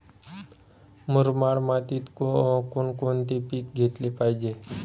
मुरमाड मातीत कोणकोणते पीक घेतले पाहिजे?